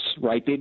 right